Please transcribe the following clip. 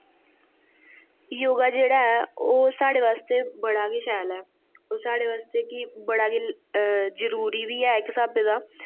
योगा जेह्ड़ा ऐ ओह् साढ़े आस्तै बड़ा गै शैल ऐ ओह् साढ़े आस्ते बड़ा गै जरुरी बी इक स्हाबै दा